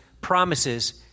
promises